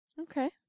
Okay